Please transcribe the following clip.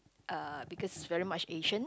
uh because it's very much Asian